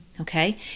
Okay